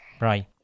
Right